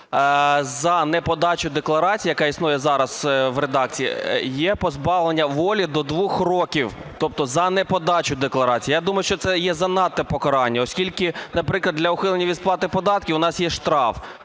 за неподачу декларації, яка існує зараз в редакції, є позбавлення волі до 2 років, тобто за неподачу декларацій. Я думаю, що це є занадто покарання. Оскільки, наприклад, для ухилення від сплати податків у нас є штраф,